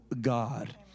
god